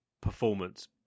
performance